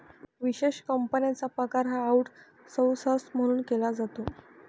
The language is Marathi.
विशेष कंपन्यांचा पगार हा आऊटसौर्स म्हणून केला जातो